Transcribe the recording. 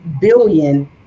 billion